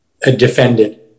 defended